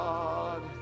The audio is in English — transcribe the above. God